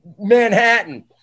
Manhattan